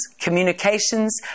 communications